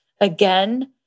again